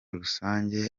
rusange